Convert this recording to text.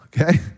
Okay